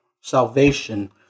salvation